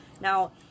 now